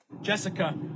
Jessica